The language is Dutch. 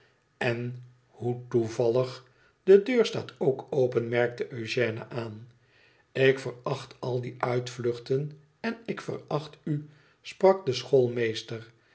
en hoe toevallig de deur staat ook open merkte eugène aan ik veracht al die uitvluchten en ik veracht u sprak de